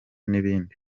n’ibindi